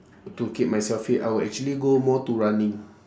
to keep myself fit I would actually go more to running